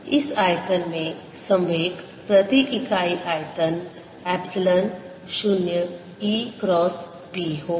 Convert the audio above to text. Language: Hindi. इस आयतन में संवेग प्रति इकाई आयतन एप्सिलॉन शून्य E क्रॉस B होगा